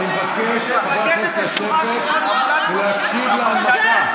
חברי הכנסת, לשבת ולהקשיב להנמקה.